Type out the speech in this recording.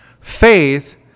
faith